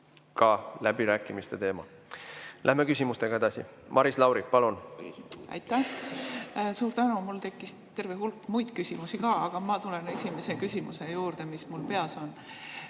Ka läbirääkimiste teema. Läheme küsimustega edasi. Maris Lauri, palun! Suur tänu! Mul tekkis terve hulk muid küsimusi ka, aga ma tulen esimese küsimuse juurde, mis mul peas on.